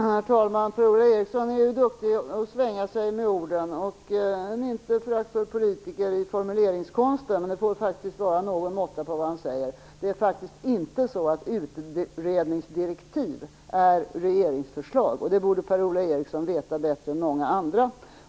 Herr talman! Per-Ola Eriksson är duktig på att svänga sig med orden, men det får faktiskt vara någon måtta på vad han säger. Utredningsdirektiv är inte regeringsförslag. Det borde Per-Ola Eriksson veta bättre än många andra.